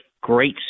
great